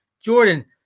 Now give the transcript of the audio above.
Jordan